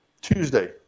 Tuesday